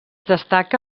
destaca